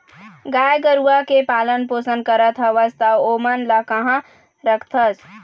गाय गरुवा के पालन पोसन करत हवस त ओमन ल काँहा रखथस?